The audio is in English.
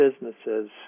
businesses